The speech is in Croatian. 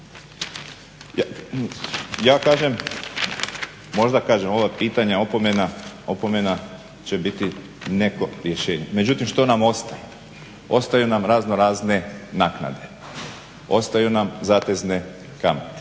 Ja kažem, možda kažem ova pitanja opomena će biti neko rješenje. Međutim što nam ostaje? Ostaju nam raznorazne naknade, ostaju nam zatezne kamate.